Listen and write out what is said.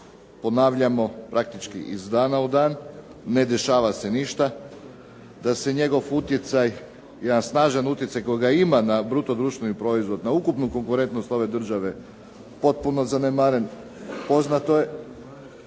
ponavljamo praktički iz dana u dan ne dešava se ništa. Da se njegov utjecaj, jedan snažan utjecaj kojega ima na bruto društveni proizvod, na ukupnu konkurentnost ove države, potpuno zanemaren. Poznato je